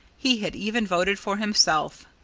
he had even voted for himself.